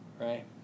right